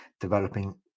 developing